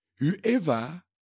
Whoever